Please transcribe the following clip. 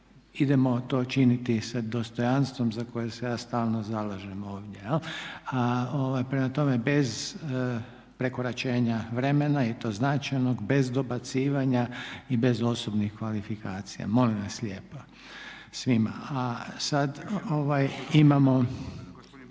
idemo to činiti sa dostojanstvom za koje se ja stalno zalažem ovdje. Prema tome, bez prekoračenja vremena i to značajnog, bez dobacivanja i bez osobnih kvalifikacija. Molim vas lijepo svima. A sad imamo